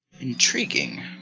Intriguing